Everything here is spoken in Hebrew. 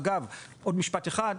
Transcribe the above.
אגב, עוד משפט אחד: